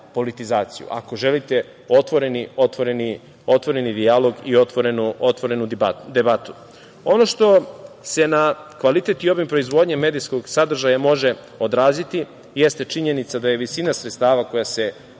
politizaciju, ako želite otvoreni dijalog i otvorenu debatu. Ono što se na kvalitet i obim proizvodnje medijskog sadržaja može odraziti jeste činjenica da je visina sredstava koja se